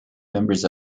members